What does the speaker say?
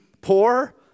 poor